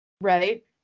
right